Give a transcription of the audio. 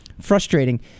frustrating